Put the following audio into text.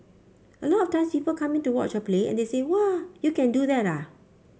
a lot of time people coming to watch a play and they say whoa you can do that ah